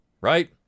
right